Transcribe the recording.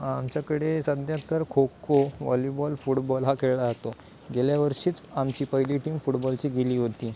आमच्याकडे सध्या तर खो खो व्हॉलीबॉल फुटबॉल हा खेळला जातो गेल्या वर्षीच आमची पहिली टीम फुटबॉलची गेली होती